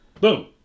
Boom